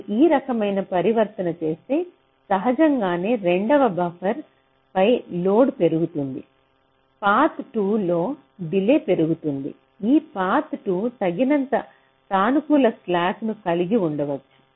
మీరు ఈ రకమైన పరివర్తన చేస్తే సహజంగానే రెండవ బఫర్ పై లోడ్ పెరుగుతుంది పాత్ 2 లో డిలే పెరుగుతుంది ఈ పాత్ 2 తగినంత సానుకూల స్లాక్ను కలిగి ఉండవచ్చు